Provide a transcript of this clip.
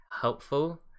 helpful